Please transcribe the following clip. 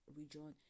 region